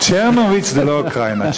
צ'רנוביץ זה לא אוקראינה,